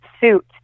suit